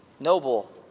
Noble